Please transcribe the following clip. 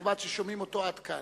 הנכבד ששומעים אותו עד כאן.